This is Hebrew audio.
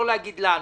לא לומר לנו.